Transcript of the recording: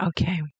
Okay